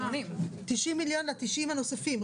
90 מיליון ו-90 נוספים.